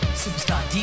superstar